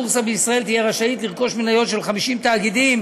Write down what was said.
הבורסה בישראל תהיה רשאית לרכוש מניות של 50 תאגידים